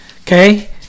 okay